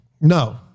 No